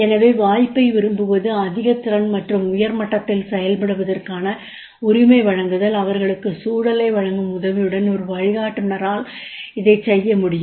எனவே வாய்ப்பை விரும்புவது அதிக திறன் மற்றும் உயர் மட்டத்தில் செயல்படுவதற்கான உரிமை வழங்குதல் அவர்களுக்கு சூழலை வழங்கும் உதவியுடன் ஒரு வழிகாட்டுனரால் இதை செய்ய முடியும்